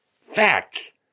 facts